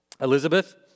Elizabeth